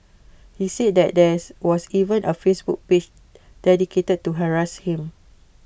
he said that there was even A Facebook page dedicated to harass him